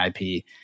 ip